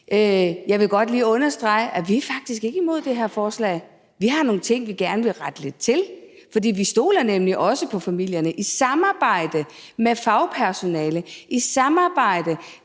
Jeg vil godt lige understrege, at vi faktisk ikke er imod det her forslag. Vi har nogle ting, vi gerne vil rette lidt til, for vi stoler nemlig også på familierne. De skal i samarbejde med fagpersonalet, med